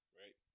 right